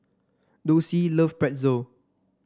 Dulcie love Pretzel